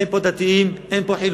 אין פה דתיים, אין פה חילונים.